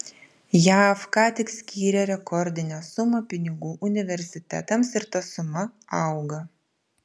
jav ką tik skyrė rekordinę sumą pinigų universitetams ir ta suma auga